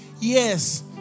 Yes